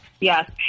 yes